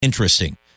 interesting